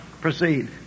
proceed